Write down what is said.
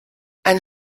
ein